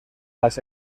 las